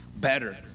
better